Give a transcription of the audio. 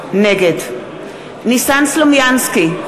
נגד ניסן סלומינסקי,